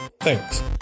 thanks